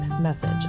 message